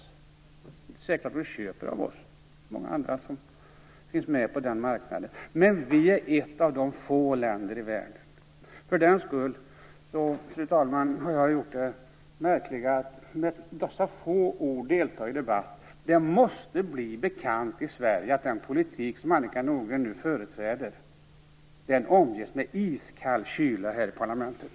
Det är inte säkert att man köper av oss. Många andra finns ju med på den marknaden. Men vi är ett av de få länder i världen som finns med. Fru talman! Jag har med dessa få ord deltagit i debatten, eftersom det måste bli bekant i Sverige att den politik som Annika Nordgren nu företräder omges med iskall kyla här i parlamentet.